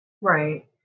Right